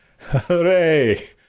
hooray